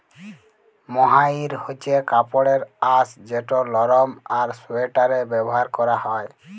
mohair হছে কাপড়ের আঁশ যেট লরম আর সোয়েটারে ব্যাভার ক্যরা হ্যয়